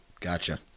Gotcha